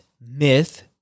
myth